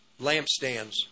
lampstands